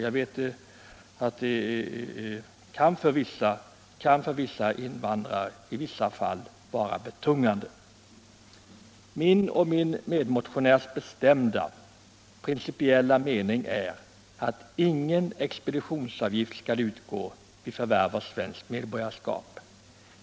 Jag vet att avgiften i vissa fall kan vara betungande för berörda personer. Min och min medmotionärs bestämda principiella mening är att ingen expeditionsavgift skall utgå vid förvärv av svenskt medborgarskap.